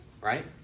right